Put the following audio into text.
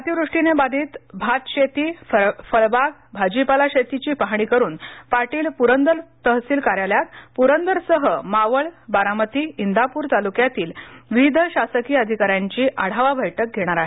अतिवृष्टीने बाधित भातशेती फळबाग भाजीपाला शेतीची पाहणी करून पाटील पुरंदर तहसील कार्यालयात पुरंदरसह मावळ बारामती विपूर तालुक्यातील विविध शासकीय अधिकाऱ्यांची आढावा बैठक घेणार आहेत